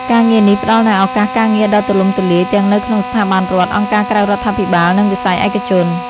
ការងារនេះផ្តល់នូវឱកាសការងារដ៏ទូលំទូលាយ ទាំងនៅក្នុងស្ថាប័នរដ្ឋ អង្គការក្រៅរដ្ឋាភិបាល និងវិស័យឯកជន។